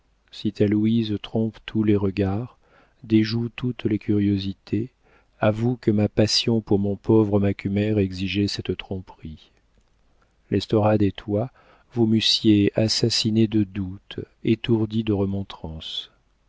si ta louise trompe tous les regards déjoue toutes les curiosités avoue que ma passion pour mon pauvre macumer exigeait cette tromperie l'estorade et toi vous m'eussiez assassinée de doutes étourdie de remontrances